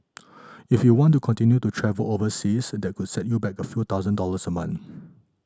if you want to continue to travel overseas that could set you back by a few thousand dollars a month